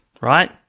right